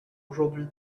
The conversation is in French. aujourd’hui